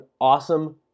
awesome